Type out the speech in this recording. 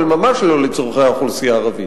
אבל ממש לא לצורכי האוכלוסייה הערבית.